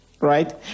right